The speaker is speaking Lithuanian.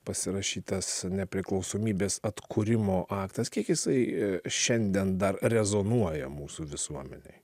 pasirašytas nepriklausomybės atkūrimo aktas kiek jisai a šiandien dar rezonuoja mūsų visuomenėj